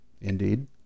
Indeed